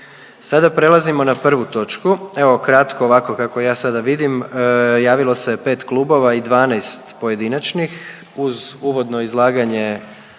Sada prelazimo na prvu točku, evo kratko ovako kako ja sada vidim, javilo se 5 klubova i 12 pojedinačnih uz uvodno izlaganje